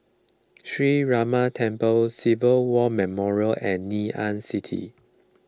Sree Ramar Temple Civilian War Memorial and Ngee Ann City